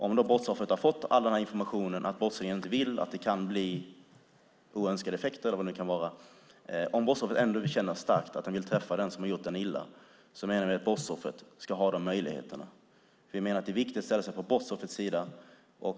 Om brottsoffret har fått all den här informationen, att brottslingen inte vill och att det kan bli oönskade effekter, och ändå känner starkt att man vill träffa den som har gjort en illa menar vi att brottsoffret ska ha den möjligheten. Vi menar att det är viktigt att ställa sig på brottsoffrets sida.